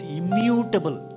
immutable